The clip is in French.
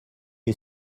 est